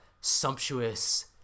sumptuous